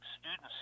students